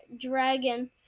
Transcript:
dragon